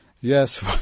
Yes